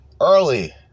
Early